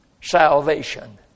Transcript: salvation